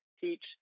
Teach